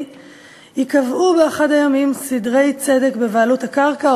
ייקבעו באחד הימים סדרי צדק בבעלות הקרקע,